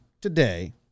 today